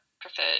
prefer